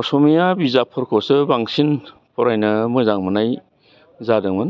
असमिया बिजाबफोरखौसो बांसिन फरायनो मोजां मोन्नाय जादोंमोन